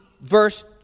verse